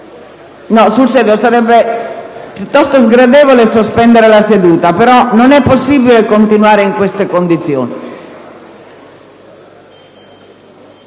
per cortesia, sarebbe piuttosto sgradevole sospendere la seduta, ma non è possibile continuare in queste condizioni.